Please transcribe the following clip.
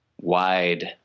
wide